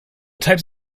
types